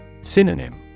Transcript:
Synonym